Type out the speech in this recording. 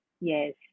Yes